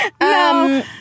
No